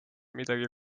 midagi